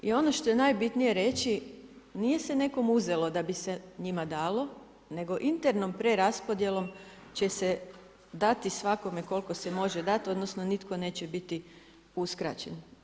I ono što je najbitnije reći, nije se nekome uzelo da bi se njima dalo nego internom preraspodjelom će se dati svakome koliko se može dati odnosno nitko neće biti uskraćen.